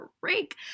break